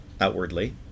outwardly